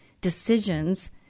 decisions